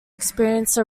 experience